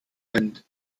hand